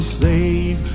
save